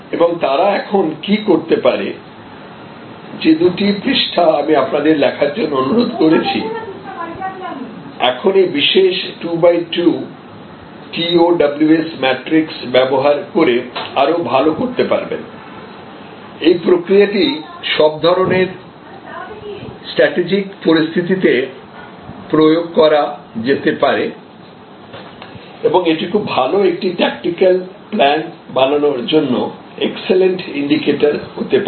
এবং তারা এখন কী করতে পারে যে দুটি পৃষ্ঠা আমি আপনাদের লেখার জন্য অনুরোধ করেছি এখন এই বিশেষ 2 টু 2 TOWS ম্যাট্রিক্স ব্যবহার করে আরও ভাল করতে পারবেন এই প্রক্রিয়াটি সব ধরনের স্ট্র্যাটেজিক পরিস্থিতিতে প্রয়োগ করা যেতে পারে এবং এটি খুব ভালো একটি ট্যাকটিক্যাল প্লান বানানোর জন্য এক্সেলেন্ট ইন্ডিকেটর হতে পারে